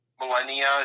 millennia